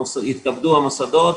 יתכבדו המוסדות,